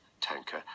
tanker